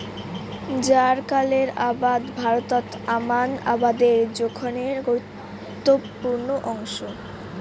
জ্বারকালের আবাদ ভারতত আমান আবাদের জোখনের গুরুত্বপূর্ণ অংশ